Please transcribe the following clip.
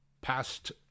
past